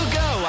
go